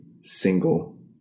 single